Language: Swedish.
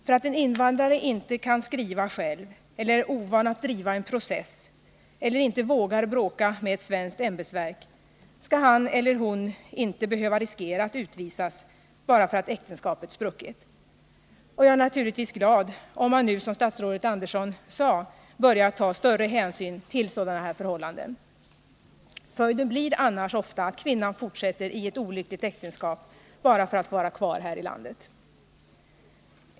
För att en invandrare inte kan skriva själv eller är ovan att driva en process eller inte vågar bråka med ett svenskt ämbetsverk skall han eller hon inte behöva riskera att utvisas bara därför att äktenskapet spruckit. Jag är naturligtvis glad om man nu, som statsrådet Andersson sade, börjar ta större hänsyn till sådana här förhållanden. Följden blir annars ofta att kvinnan fortsätter i ett olyckligt äktenskap bara för att få vara kvar här i landet.